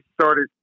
started